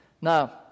Now